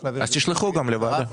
תשלחו גם לוועדה.